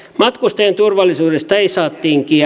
matkustajien turvallisuudesta ei saa tinkiä